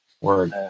Word